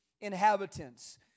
inhabitants